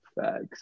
facts